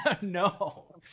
No